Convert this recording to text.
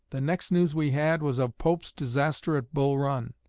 the next news we had was of pope's disaster at bull run.